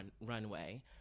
runway